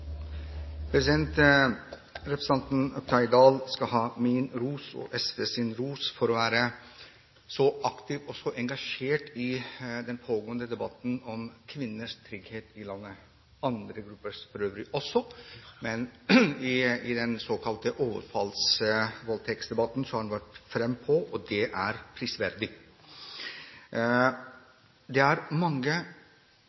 Representanten Oktay Dahl skal ha min og SVs ros for å være aktiv og engasjert i den pågående debatten om kvinners trygghet – for øvrig andre gruppers også – i landet. I den såkalte overfallsvoldtektsdebatten har han vært frampå, og det er prisverdig.